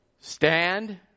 Stand